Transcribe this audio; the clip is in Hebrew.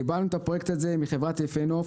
קיבלנו את הפרויקט הזה מחברת יפה נוף,